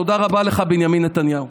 תודה רבה לך, בנימין נתניהו.